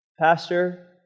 pastor